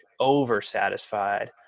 oversatisfied